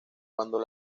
cuando